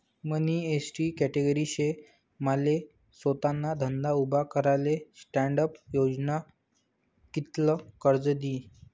मनी ST category शे माले सोताना धंदा उभा कराले स्टॅण्डअप योजना कित्ल कर्ज दी?